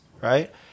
right